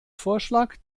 vorschlag